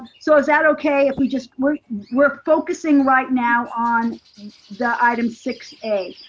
so is that okay if we just, we're we're focusing right now on the item six a.